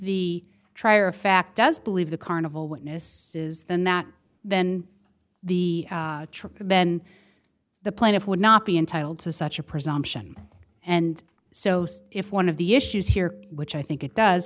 fact does believe the carnival witnesses and that then the truth then the plaintiff would not be entitled to such a presumption and so if one of the issues here which i think it does